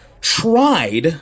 tried